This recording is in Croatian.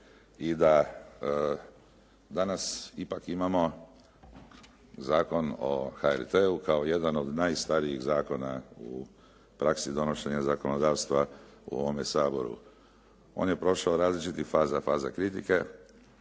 i da danas ipak imamo Zakon o HRT-u kao jedan od najstarijih zakona u praksi donošenja zakonodavstva u ovome Saboru. On je prošao različite faze, faze kritike,